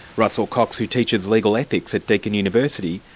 russell cocks, who teaches legal ethics at deakin university,